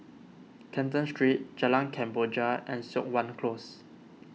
Canton Street Jalan Kemboja and Siok Wan Close